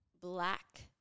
black